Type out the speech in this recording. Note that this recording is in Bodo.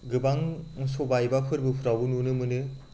गोबां सभा एबा फोरबोफ्रावबो नुनो मोनो